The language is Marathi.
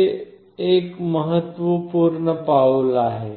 हे एक महत्त्वपूर्ण पाऊल आहे